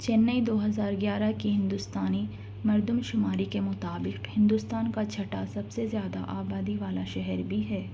چنئی دو ہزار گیارہ کی ہندوستانی مردم شماری کے مطابق ہندوستان کا چھٹا سب سے زیادہ آبادی والا شہر بھی ہے